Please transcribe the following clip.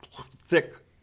thick